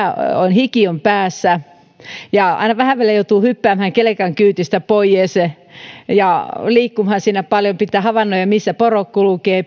hiki on päässä ja aina vähän väliä joutuu hyppäämään kelkan kyydistä poies ja liikkumaan paljon pitää havainnoida missä porot kulkevat